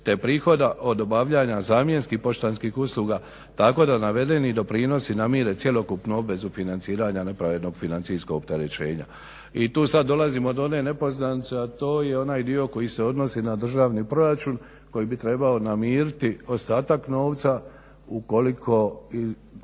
te prihoda od obavljanja zamjenskih poštanskih usluga tako da navedeni doprinosi namire cjelokupnu obvezu financiranja nepravednog financijskog opterećenja. I tu sad dolazimo do one nepoznanice, a to je onaj dio koji se odnosi na državni proračun koji bi trebao namiriti ostatak novca ukoliko